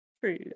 True